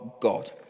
God